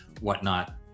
whatnot